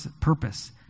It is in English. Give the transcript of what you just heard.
purpose